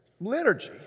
liturgy